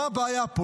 מה הבעיה פה?